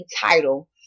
title